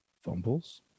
Fumbles